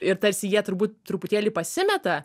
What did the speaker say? ir tarsi jie turbūt truputėlį pasimeta